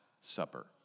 Supper